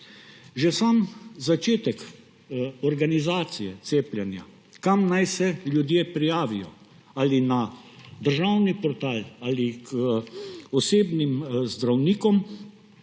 Že sam začetek organizacije cepljenja, kam naj se ljudje prijavijo, ali na državni portal ali k osebnim zdravnikom.